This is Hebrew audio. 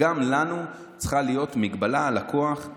גם לנו צריכה להיות מגבלה על הכוח,